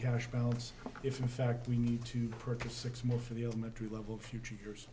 cash balance if in fact we need to purchase six more for the elementary level future years